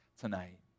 tonight